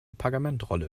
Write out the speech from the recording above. pergamentrolle